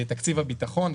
תקציב הביטחון,